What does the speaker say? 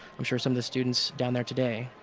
i'm sure some of the students down there today